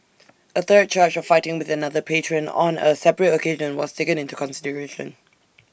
A third charge of fighting with another patron on A separate occasion was taken into consideration